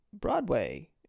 Broadway